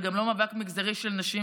וגם לא מאבק מגזרי של נשים,